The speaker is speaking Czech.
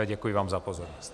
Děkuji vám za pozornost.